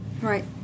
Right